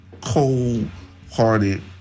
cold-hearted